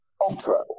Ultra